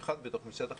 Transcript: במיוחד בתוך משרד החינוך,